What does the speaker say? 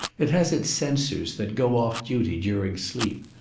it has its censors, that go off duty during sleep.